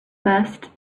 first